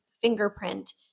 fingerprint